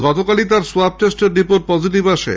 গতকালই তার সোয়াব টেস্টের রিপোর্ট পজিটিভ আসে